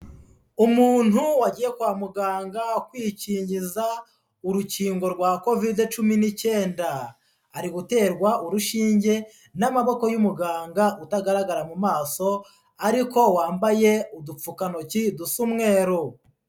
Umuntu wagiye kwa muganga kwikingiza urukingo rwa Kovide cumi n'icyenda, ari guterwa urushinge n'amaboko y'umuganga utagaragara mu maso, ariko wambaye udupfukantoki dusa umweru.